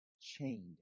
chained